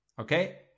Okay